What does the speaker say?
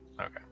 Okay